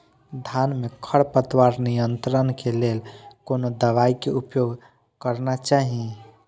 धान में खरपतवार नियंत्रण के लेल कोनो दवाई के उपयोग करना चाही?